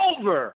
over